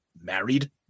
married